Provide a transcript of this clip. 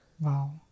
Wow